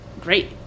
great